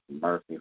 mercy